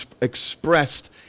expressed